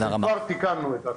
כבר תיקנו את עצמנו.